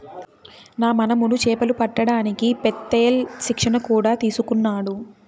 నా మనుమడు చేపలు పట్టడానికి పెత్తేల్ శిక్షణ కూడా తీసుకున్నాడు